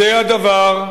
יודע דבר,